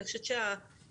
השר הגיע.